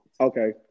Okay